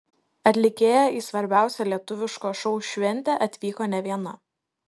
atlikėja į svarbiausią lietuviško šou šventę atvyko ne viena